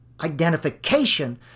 Identification